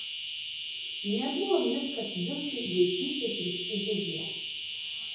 nebuvo miškas vincui vaikystės ryški vizija